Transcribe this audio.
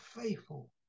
faithful